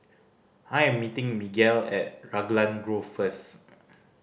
I am meeting Miguel at Raglan Grove first